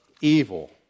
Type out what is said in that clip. evil